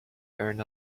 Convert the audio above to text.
earn